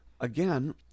again